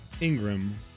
Ingram